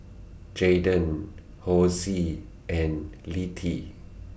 Jaiden Hosie and Littie